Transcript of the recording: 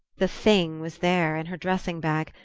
the thing was there, in her dressing-bag,